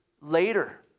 later